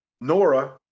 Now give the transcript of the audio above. Nora